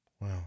Wow